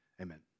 amen